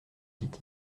dit